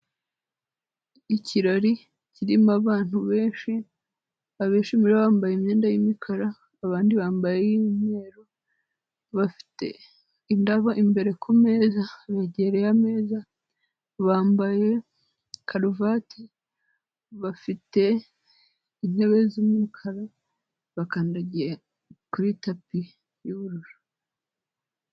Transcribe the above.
Ikirori kirimo abantu benshi, abishira bambaye imyenda y'umukara, abandi bambaye umweruru bafite indabo imbere kumeza begereye ameza bambaye karuvati, bafite intebe z'umukara bakandagiye kuri tapi y'ubururu.